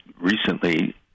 recently